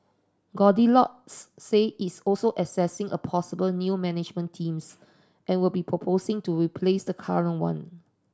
goldilocks said it's also assessing a possible new management team and will be proposing to replace the current one